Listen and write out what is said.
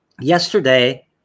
Yesterday